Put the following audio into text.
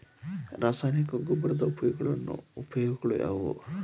ರಾಸಾಯನಿಕ ಗೊಬ್ಬರದ ಉಪಯೋಗಗಳು ಯಾವುವು?